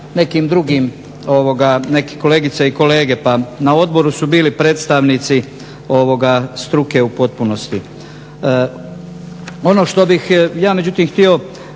nekim drugim neki kolegice i kolege, pa na odboru su bili predstavnici struke u potpunosti. Ono što bih ja, međutim htio